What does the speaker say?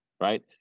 Right